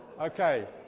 Okay